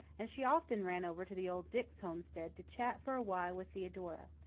and she often ran over to the old dix homestead to chat for awhile with theodora.